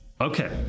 Okay